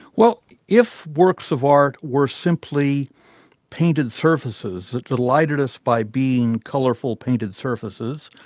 well if works of art were simply painted surfaces that delighted us by being colourful painted surfaces,